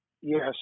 Yes